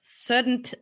certain